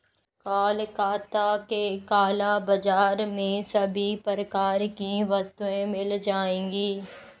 कोलकाता के काला बाजार में सभी प्रकार की वस्तुएं मिल जाएगी